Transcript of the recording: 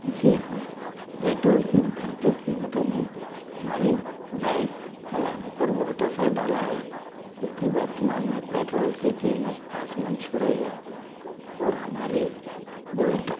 जी हाँ पेट्रोल की बढ़ती कीमतों ने हमारी बाइक चलाने पर बहुत असर डाला है क्योंकि वर्तमान में पेट्रोल की कीमत आसमान छू रही है और हमारी बुलेट